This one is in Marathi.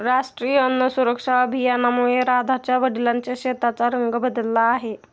राष्ट्रीय अन्न सुरक्षा अभियानामुळे राधाच्या वडिलांच्या शेताचा रंग बदलला आहे